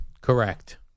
Correct